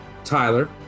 Tyler